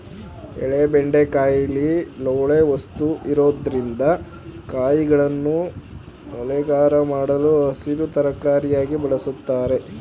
ಎಳೆ ಬೆಂಡೆಕಾಯಿಲಿ ಲೋಳೆ ವಸ್ತು ಇರೊದ್ರಿಂದ ಕಾಯಿಗಳನ್ನು ಮೇಲೋಗರ ಮಾಡಲು ಹಸಿರು ತರಕಾರಿಯಾಗಿ ಬಳುಸ್ತಾರೆ